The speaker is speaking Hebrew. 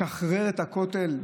לשחרר את הכותל?